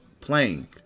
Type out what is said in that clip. Playing